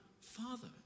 Father